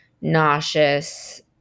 nauseous